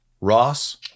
Ross